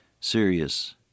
serious